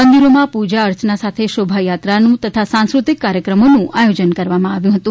મંદિરોમાં પૂજા અર્ચના સાથે શોભાયાત્રાનું તથા સાંસ્કૃતિક કાર્યક્રમોનું પણ આયોજન કરવામાં આવ્યું હતું